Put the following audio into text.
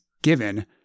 given